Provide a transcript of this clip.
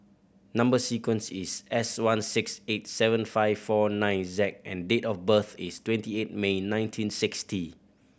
number sequence is S one six eight seven five four nine Z and date of birth is twenty eight May nineteen sixty